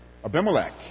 Abimelech